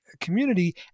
community